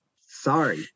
sorry